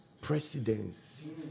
Presidents